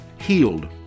healed